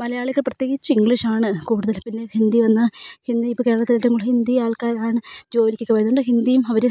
മലയാളിക്ക് പ്രത്യേകിച്ച് ഇംഗ്ലീഷാണ് കൂടുതൽ പിന്നെ ഹിന്ദി വന്നു ഹിന്ദി ഇപ്പോൾ കേരളത്തിൽ ഏറ്റവും കൂടുതൽ ഹിന്ദി ആൾക്കാരാണ് ജോലിക്കൊക്കെ വരുന്നുണ്ട് ഹിന്ദിയും അവർ